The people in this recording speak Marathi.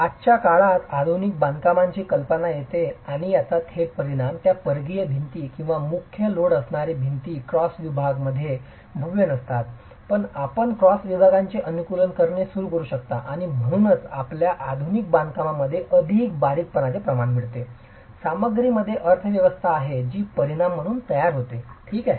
आजच्या काळात आधुनिक बांधकामांची कल्पना येते आणि याचा थेट परिणाम त्या परिघीय भिंती किंवा मुख्य लोड असणारी भिंती क्रॉस विभाग मध्ये भव्य नसतात आपण क्रॉस विभागांचे अनुकूलन करणे सुरू करू शकता आणि म्हणूनच आपल्याला आधुनिक बांधकामांमध्ये अधिक बारीकपणाचे प्रमाण मिळते सामग्रीमध्ये अर्थव्यवस्था आहे जी परिणाम म्हणून तयार होते ठीक आहे